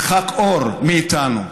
אור מאיתנו.